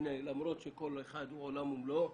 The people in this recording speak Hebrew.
למרות שכל אחד הוא עולם ומלואו,